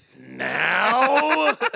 now